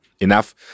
enough